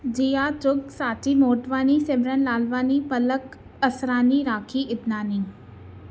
Jiya Chugh Sanchi Motwani Simran Lalwani Palak Asrani Rakhi Idnani